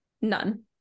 None